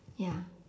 ya